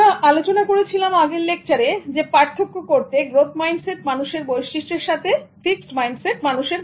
আমরা আলোচনা করেছিলাম আগের লেকচারে পার্থক্য করতে গ্রোথ মাইন্ডসেট মানুষের বৈশিষ্ট্যের সাথে ফিক্সড মাইন্ডসেট মানুষের